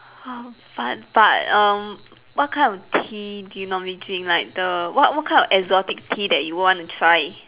how fun but um what kind of tea do you normally drink like the what what kind of exotic tea that you want to try